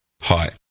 Hi